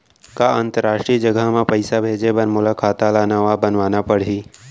का अंतरराष्ट्रीय जगह म पइसा भेजे बर मोला खाता ल नवा बनवाना पड़ही?